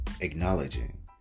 Acknowledging